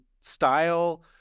style